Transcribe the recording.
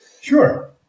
Sure